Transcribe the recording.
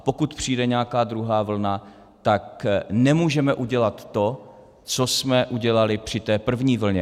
Pokud přijde nějaká druhá vlna, tak nemůžeme udělat to, co jsme udělali při první vlně.